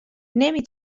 نمی